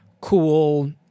cool